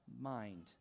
mind